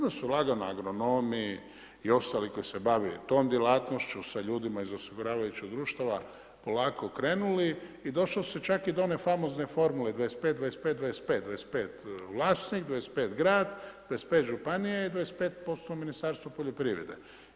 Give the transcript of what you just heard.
Tada su lagano agronomi i ostali koji se bave tom djelatnošću, sa ljudima iz osiguravajućih društava polako krenuli i došlo se čak i do one famozne formule 25, 25, 25, 25 vlasnik, 25 grad, 25 županija i 25% Ministarstvo poljoprivrede.